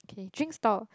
okay drinks stall